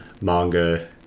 manga